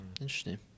interesting